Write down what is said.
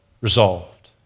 resolved